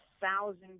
thousand